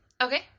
Okay